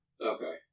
Okay